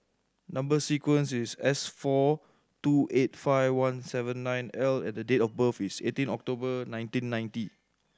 number sequence is S four two eight five one seven nine L and the date of birth is eighteen October nineteen ninety